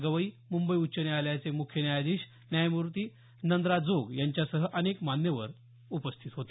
गवई मुंबई उच्च न्यायालयाचे मुख्य न्यायाधीश न्यायमूर्ती नंद्रा जोग यांच्यासह अनेक मान्यवर यावेळी उपस्थित होते